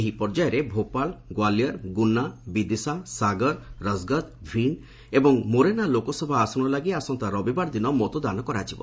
ଏହି ପର୍ଯ୍ୟାୟରେ ଭୋପାଳ ଗ୍ୱାଲିୟର ଗୁନା ବିଦିଶା ସାଗର ରଜଗଦ ଭିଣ୍ଡ ଏବଂ ମୋରେନା ଲୋକସଭା ଆସନ ଲାଗି ଆସନ୍ତା ରବିବାର ଦିନ ମତଦାନ କରାଯିବ